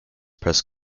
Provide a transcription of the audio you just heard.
press